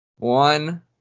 One